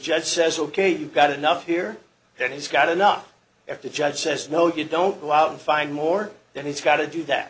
judge says ok you've got enough here then he's got enough if the judge says no you don't go out and find more that he's got to do that